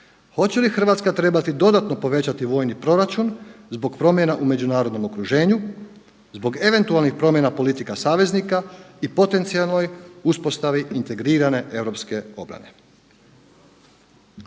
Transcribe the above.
Hoće li Hrvatska trebati dodatno povećati vojni proračun zbog promjena u međunarodnom okruženju zbog eventualnih promjena politika saveznika i potencijalnoj uspostavi integrirane europske obrane.